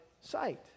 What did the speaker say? sight